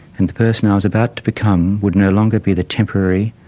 and the person i was about to become would no longer be the temporary,